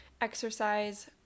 exercise